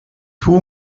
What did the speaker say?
two